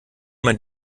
man